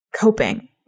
coping